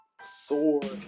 Sword